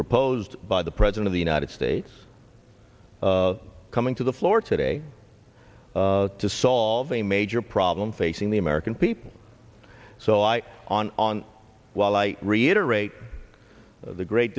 proposed by the president of the united states coming to the floor today to solve a major problem facing the american people so i on on while i reiterate the great